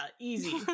easy